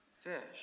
fish